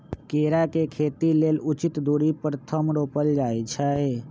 केरा के खेती लेल उचित दुरी पर थम रोपल जाइ छै